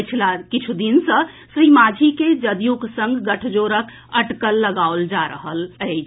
पछिला किछु दिन सँ श्री मांझी के जदयूक संग गठजोड़क अटकल लगाओल जा रहल अछि